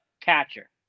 catcher